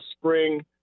spring